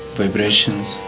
vibrations